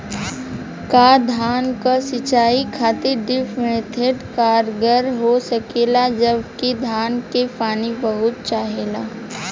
का धान क सिंचाई खातिर ड्रिप मेथड कारगर हो सकेला जबकि धान के पानी बहुत चाहेला?